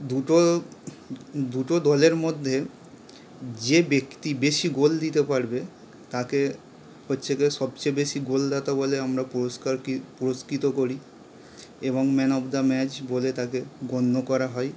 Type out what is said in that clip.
দুটো দুটো দলের মধ্যে যে ব্যক্তি বেশি গোল দিতে পারবে তাকে হচ্ছে গিয়ে সবচেয়ে বেশি গোলদাতা বলে আমরা পুরস্কারকি পুরস্কৃত করি এবং ম্যান অফ দ্য ম্যাচ বলে তাকে গণ্য করা হয়